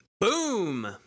Boom